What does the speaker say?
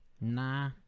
Nah